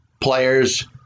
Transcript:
Players